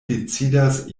decidas